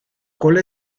cola